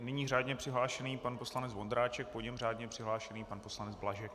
Nyní řádně přihlášený pan poslanec Vondráček, po něm řádně přihlášený pan poslanec Blažek.